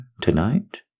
tonight